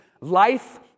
life